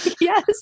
Yes